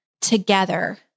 together